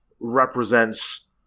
represents